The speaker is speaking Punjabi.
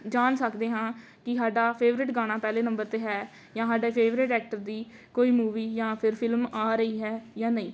ਜਾਣ ਸਕਦੇ ਹਾਂ ਕਿ ਸਾਡਾ ਫੇਵਰੇਟ ਗਾਣਾ ਪਹਿਲੇ ਨੰਬਰ 'ਤੇ ਹੈ ਜਾਂ ਸਾਡਾ ਫੇਵਰੇਟ ਐਕਟਰ ਦੀ ਕੋਈ ਮੂਵੀ ਜਾਂ ਫਿਰ ਫਿਲਮ ਆ ਰਹੀ ਹੈ ਜਾਂ ਨਹੀਂ